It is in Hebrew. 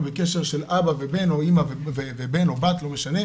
בקשר של אבא ובן או אימא ובת או בן,